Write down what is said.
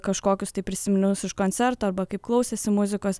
kažkokius tai prisiminimus iš koncerto arba kaip klausėsi muzikos